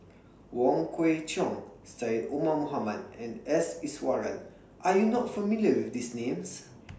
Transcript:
Wong Kwei Cheong Syed Omar Mohamed and S Iswaran Are YOU not familiar with These Names